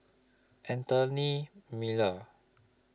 Anthony Miller